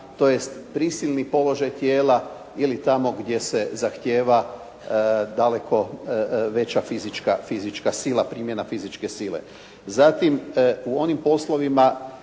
tj. prisilni položaj tijela ili tamo gdje se zahtijeva daleko veća fizička sila, primjena fizičke sile. Zatim u onim poslovima